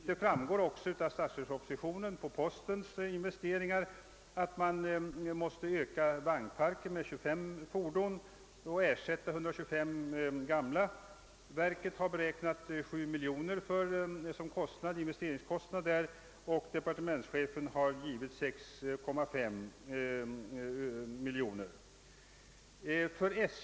Det framgår också av statsverkspropositionen beträffande postverkets investeringar, att postens vagnpark måste ökas med 25 fordon och att 125 gamla fordon måste ersättas. Postverket har beräknat en investeringskostnad av 7 miljoner kronor, och departementschefen har anvisat 6,5 miljoner kronor för detta ändamål.